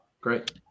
great